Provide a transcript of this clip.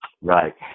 Right